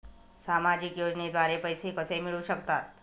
सामाजिक योजनेद्वारे पैसे कसे मिळू शकतात?